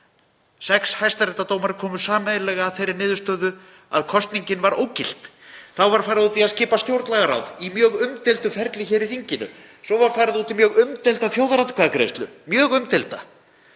Sex hæstaréttardómarar komust sameiginlega að þeirri niðurstöðu að kosningin væri ógild. Þá var farið út í að skipa stjórnlagaráð í mjög umdeildu ferli í þinginu. Svo var farið út í mjög umdeilda þjóðaratkvæðagreiðslu, mjög umdeilda,